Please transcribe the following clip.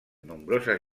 nombroses